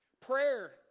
Prayer